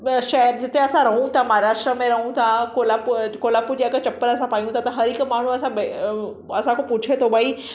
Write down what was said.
शहर जिते असां रहूं था महाराष्ट्रा में रहूं था कोल्हा कोल्हापुर जी अगरि असां चपल पायूं था हरहिकु माण्हू असां भई असां खां पुछे थो भई